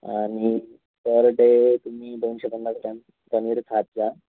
आणि per day तुम्ही दोनशे पन्नास ग्रॅम पनीर खात जा